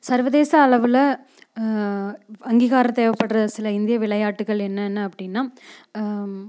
சர்வதேச அளவில் அங்கீகாரம் தேவைப்பட்ற சில இந்திய விளையாட்டுகள் என்னென்ன அப்படின்னா